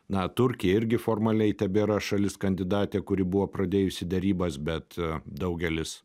na turkija irgi formaliai tebėra šalis kandidatė kuri buvo pradėjusi derybas bet daugelis